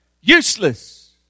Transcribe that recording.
useless